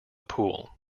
pool